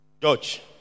George